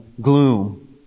gloom